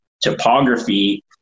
topography